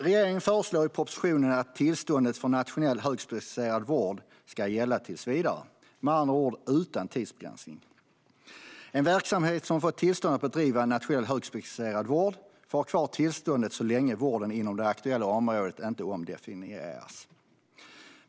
Regeringen föreslår i propositionen att tillstånden för nationell högspecialiserad vård ska gälla tills vidare, och med andra ord utan tidsbegränsning. En verksamhet som har fått tillstånd att bedriva nationell högspecialiserad vård får ha kvar tillståndet så länge vården inom det aktuella området inte omdefinieras.